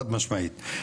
חד משמעית,